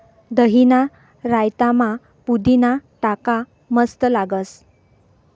दहीना रायतामा पुदीना टाका मस्त लागस